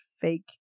fake